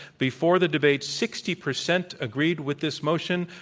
before the debate, sixty percent agreed with this motion.